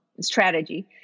strategy